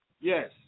yes